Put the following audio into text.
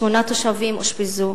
שמונה תושבים אושפזו.